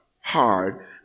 hard